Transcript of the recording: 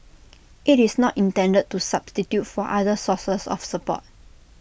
IT is not intended to substitute for other sources of support